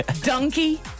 Donkey